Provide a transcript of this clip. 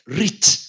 rich